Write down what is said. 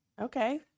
Okay